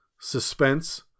suspense